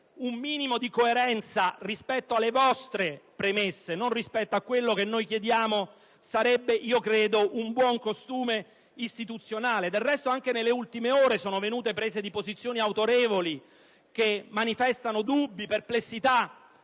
un minimo di coerenza rispetto alle vostre premesse, non rispetto a quello che noi chiediamo, sarebbe io credo un buon costume istituzionale. Del resto, anche nelle ultime ore sono venute autorevoli prese di posizione con le quali si manifestano dubbi, perplessità,